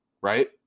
right